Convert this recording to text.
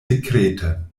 sekrete